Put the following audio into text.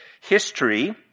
history